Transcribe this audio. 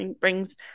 brings